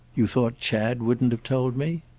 you thought chad wouldn't have told me?